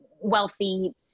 wealthy